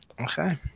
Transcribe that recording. Okay